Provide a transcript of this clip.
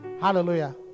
Hallelujah